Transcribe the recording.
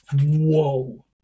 Whoa